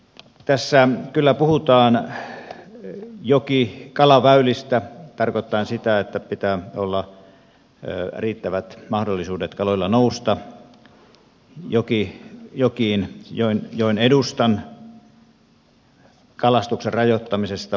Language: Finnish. tässä kyllä puhutaan jokikalaväylistä tarkoittaen sitä että pitää olla riittävät mahdollisuudet kaloilla nousta jokiin joen edustan kalastuksen rajoittamisesta